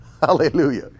Hallelujah